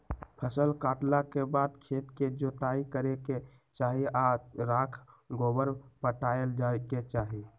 फसल काटला के बाद खेत के जोताइ करे के चाही आऽ राख गोबर पटायल जाय के चाही